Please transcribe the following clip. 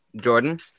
Jordan